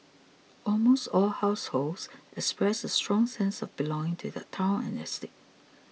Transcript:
almost all households expressed a strong sense of belonging to their town and estate